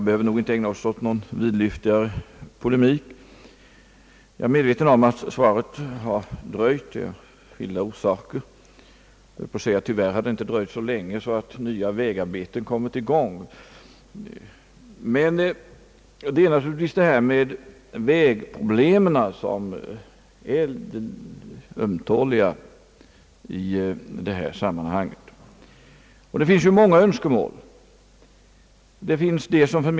Herr talman!